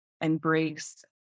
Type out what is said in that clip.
embrace